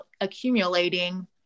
accumulating